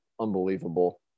unbelievable